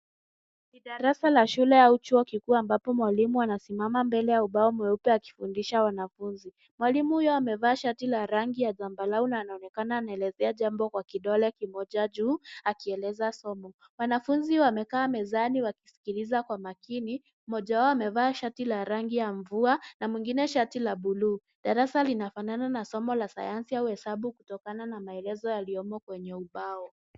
Darasa au chuo kikuu ambapo mwalimu anasimama mbele ya ubao mweupe akifundisha wanafunzi. Mwalimu huyo amevaa shati la rangi ya zambarau na anaonekana anaelezea jambo kwa kidole kimoja juu akieleza somo. Wanafunzi wamekaa mezani wakisikiliza kwa makini. Mmoja wao amevaa shati la rangi ya mvua na mwingine shati la buluu. Darasa linafanana na somo la sayansi au hesabu kutokana na maelezo yaliyomo kwenye ubao.